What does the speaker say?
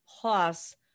Plus